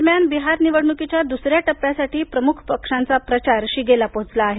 दरम्यान बिहार निवडणुकीच्या दुसऱ्या टप्प्यासाठी प्रमुख पक्षांचा प्रचार शिगेला पोहोचला आहे